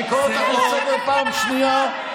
אני קורא אותך לסדר פעם שנייה.